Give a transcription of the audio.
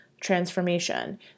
transformation